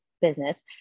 business